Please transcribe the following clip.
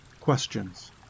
questions